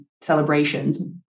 celebrations